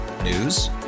News